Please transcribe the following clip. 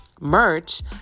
merch